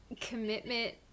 Commitment